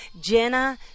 jenna